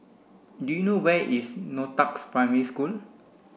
do you know where is Northoaks Primary School